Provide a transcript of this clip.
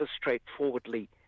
straightforwardly